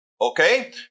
Okay